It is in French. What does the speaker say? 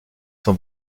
son